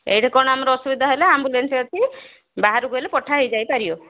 ଏଇଠି କ'ଣ ଆମର ଅସୁବିଧା ହେଲେ ଆମ୍ବୁଲାନ୍ସ ଅଛି ବାହାରକୁ ହେଲେ ପଠା ହେଇଯାଇପାରିବ